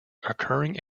occurring